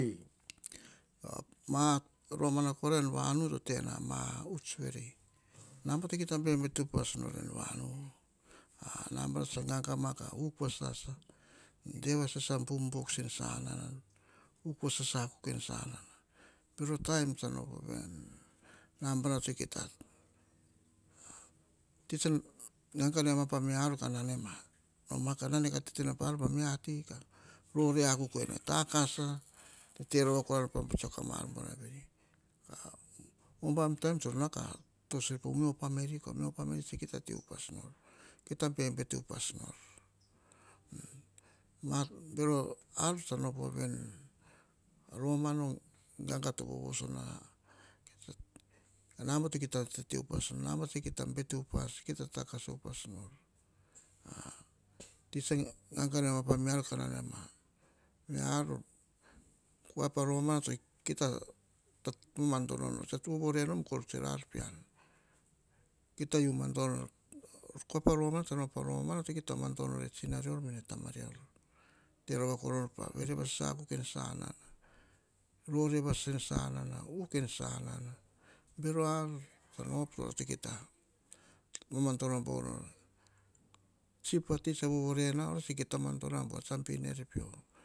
Ma romana kora en vanu, te na uts veri nambana kia ta bete upas nor en vanu, nambana ka ganga ma ka uk na sasa. De va sasa boom box en sanana uk va sasa akuk en sanana, bero taim tsan opuenom ti tsa ganga mia ar ka na ne ma nma ka tete pa mia ti, ro re akuk wene ta kasa te rova kora ka tsiako mar veri. Umbam taim na ka tos uir pa mia pameli. Ko mia pamel kia ta te upas nor, bero ar tsa op wa veni romana ganga to vovoso na. Nambana kia ta tete upas nor, bete upas, takasa upas nor, ti tsa ganga pa mia ar. Mia ar kua pa romana kia ta mandono tsa vovore nom, ka tsue, ar pean. Kia ta yiu mandono na. Kua pa romana, tsa op pa romana kia ta manndono tsina rior, tama rior, te rova kora no pa vere va sasa akuk. En sanana, bero ar tsan op, tso kia ta ma madono bau nor. Chief vati tsa vovore na kia ta mandono am buar, tsa ben ner